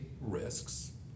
risks